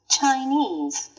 Chinese